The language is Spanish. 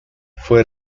fue